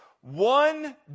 One